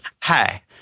Hi